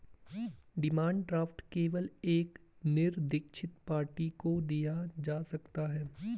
demand draft केवल एक निरदीक्षित पार्टी को दिया जा सकता है